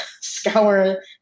scour